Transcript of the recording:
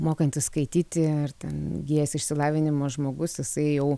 mokantis skaityti ar ten įgijęs išsilavinimą žmogus jisai jau